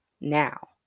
Now